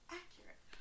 accurate